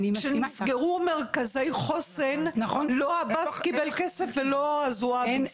כשנסגרו מרכזי חוסן לא עבאס קיבל כסף ולא זועבי.